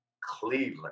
Cleveland